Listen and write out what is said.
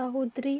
ಯಾವುದುರಿ?